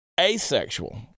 Asexual